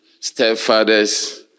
Stepfathers